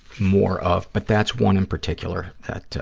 more of, but that's one in particular that,